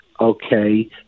okay